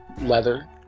leather